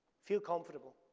feel comfortable.